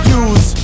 use